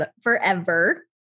forever